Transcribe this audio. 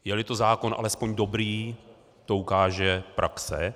Jeli to zákon alespoň dobrý, to ukáže praxe.